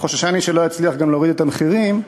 וחוששני שגם לא יצליח להוריד את המחירים.